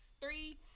three